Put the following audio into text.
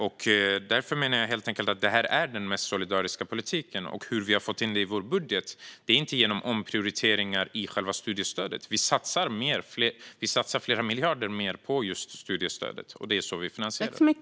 Jag menar därför att detta är den mest solidariska politiken. När det gäller hur vi har fått in detta i vår budget är det inte genom omprioriteringar i själva studiestödet. Vi satsar flera miljarder mer på just studiestödet. Det är så vi finansierar detta.